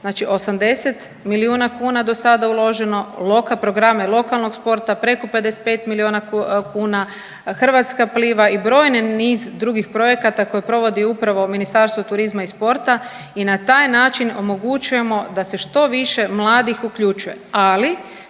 znači 80 milijuna kuna do sada uloženo, programe lokalnog sporta preko 55 milijuna kuna, Hrvatska pliva i brojne niz drugih projekata koje provodi upravo Ministarstvo turizma i sporta i na taj način omogućujemo da se što više mladih uključuje.